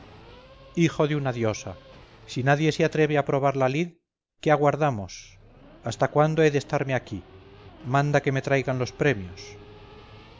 hijo de una diosa si nadie se atreve a probar la lid qué aguardamos hasta cuándo he de estarme aquí manda que me traigan los premios